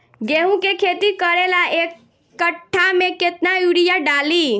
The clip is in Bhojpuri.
गेहूं के खेती करे ला एक काठा में केतना युरीयाँ डाली?